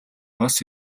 бас